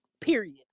period